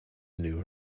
knew